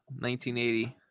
1980